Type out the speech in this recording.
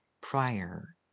prior